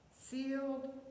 sealed